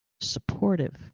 supportive